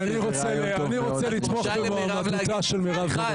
אני רוצה לתמוך במועמדותה של מירב בן ארי.